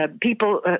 people